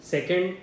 Second